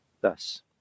Thus